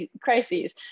crises